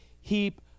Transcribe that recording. heap